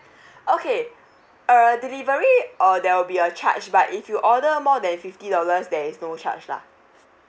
okay err delivery oh there'll be a charge but if you order more than fifty dollars there is no charge lah